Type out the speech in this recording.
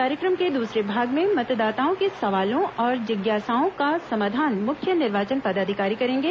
कार्यक्रम के दूसरे भाग में मतदाताओं के सवालों और जिज्ञासाओं का समाधान मुख्य निर्वाचन पदाधिकारी करेंगे